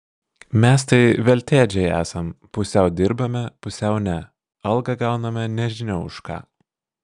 mes tai veltėdžiai esam pusiau dirbame pusiau ne algą gauname nežinia už ką